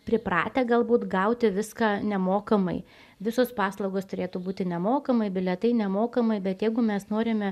pripratę galbūt gauti viską nemokamai visos paslaugos turėtų būti nemokamai bilietai nemokamai bet jeigu mes norime